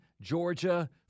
Georgia